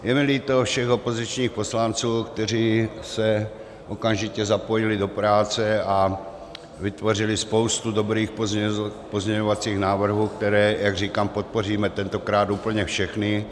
Je mi líto všech opozičních poslanců, kteří se okamžitě zapojili do práce a vytvořili spoustu dobrých pozměňovacích návrhů, které, jak říkám, podpoříme tentokrát úplně všechny.